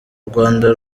rwanda